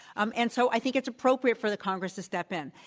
um and so i think it's appropriate for the congress to step in.